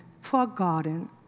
forgotten